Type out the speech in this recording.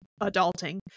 adulting